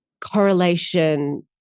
correlation